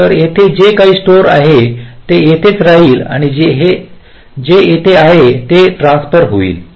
तर येथे जे काही स्टोर आहे ते येथेच राहील आणि जे येथे आहे ते येथे ट्रान्सफर होईल